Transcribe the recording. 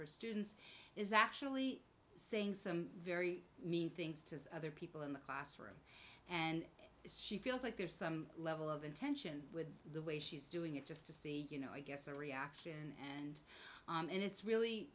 her students is actually saying some very mean things to other people in the classroom and she feels like there's some level of intention with the way she's doing it just to see you know i guess a reaction and and it's